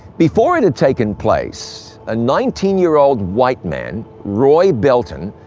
before it had taken place, a nineteen year old white man, roy belton,